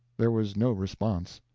there was no response.